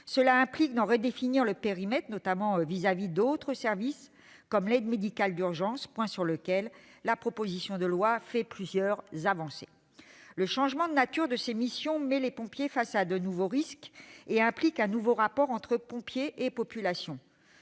Cela implique d'en redéfinir le périmètre, notamment vis-à-vis d'autres services, comme l'aide médicale d'urgence, point sur lequel la proposition de loi comporte plusieurs avancées. Le changement de nature de ces missions met les pompiers face à de nouveaux risques et implique un nouveau rapport entre pompiers et population.